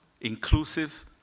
inclusive